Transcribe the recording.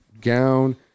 gown